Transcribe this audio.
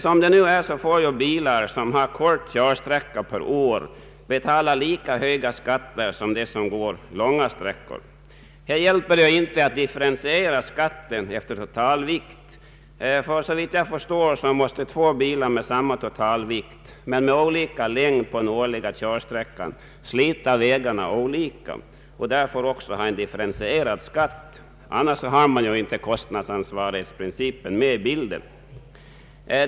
Som det nu är får bilister som kör korta sträckor per år betala lika höga skatter som de som kör långa sträckor. Här hjälper det inte att differentiera skatten efter totalvikt. Såvitt jag förstår måste två bilar med samma totalvikt men med olika längd på den årliga körsträckan slita vägarna olika och därför också ha en differentierad skatt — annars finns inte kostnadsansvarighetsprincipen med i bilden.